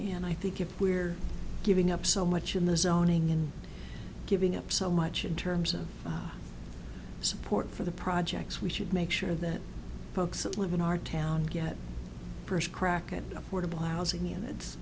and i think if we're giving up so much in the zoning and giving up so much in terms of support for the projects we should make sure that folks that live in our town get first crack at a portable lousing units and it's